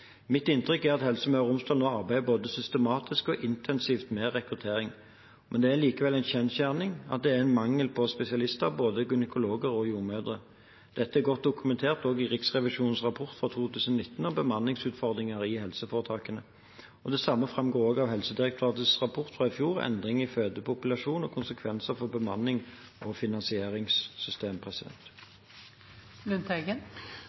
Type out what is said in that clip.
Mitt inntrykk er at Helse Møre og Romsdal nå arbeider både systematisk og intensivt med rekruttering. Det er likevel en kjensgjerning at det er en mangel på spesialister, både gynekologer og jordmødre. Dette er godt dokumentert, også i Riksrevisjonens rapport fra 2019 om bemanningsutfordringer i helseforetakene. Det samme framgår av Helsedirektoratets rapport fra i fjor, Endring i fødepopulasjon og konsekvenser for bemanning og finansieringssystem.